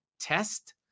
test